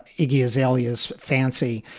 iggy azalea's fancy.